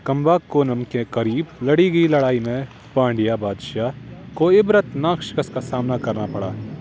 کمبا کونم کے قریب لڑی گئی لڑائی میں پانڈیا بادشاہ کو عبرتناک شکست کا سامنا کرنا پڑا